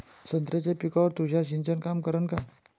संत्र्याच्या पिकावर तुषार सिंचन काम करन का?